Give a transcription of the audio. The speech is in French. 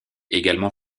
également